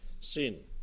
sin